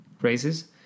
races